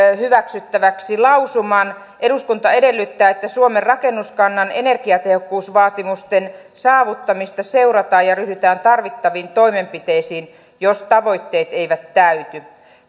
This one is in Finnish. hyväksyttäväksi lausuman eduskunta edellyttää että suomen rakennuskannan energiatehokkuusvaatimusten saavuttamista seurataan ja ryhdytään tarvittaviin toimenpiteisiin jos tavoitteet eivät täyty